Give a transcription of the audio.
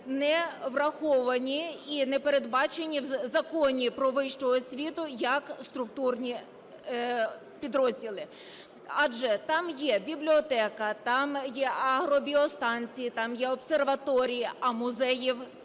не враховані і не передбачені в Законі "Про вищу освіту" як структурні підрозділи, адже там є бібліотека, там є агробіостанції, там є обсерваторії, а музеїв